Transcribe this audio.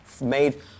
made